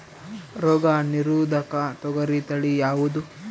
ರೋಗ ನಿರೋಧಕ ತೊಗರಿ ತಳಿ ಯಾವುದು?